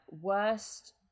Worst